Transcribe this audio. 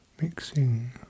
Mixing